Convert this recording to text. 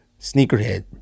sneakerhead